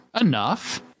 enough